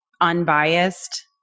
unbiased